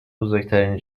بزرگترین